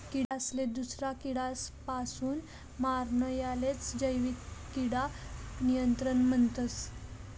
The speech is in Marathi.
किडासले दूसरा किडापासीन मारानं यालेच जैविक किडा नियंत्रण म्हणतस